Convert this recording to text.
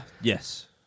yes